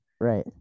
Right